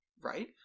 Right